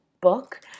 book